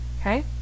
okay